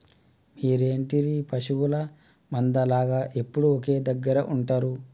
మీరేంటిర పశువుల మంద లాగ ఎప్పుడు ఒకే దెగ్గర ఉంటరు